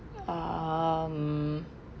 um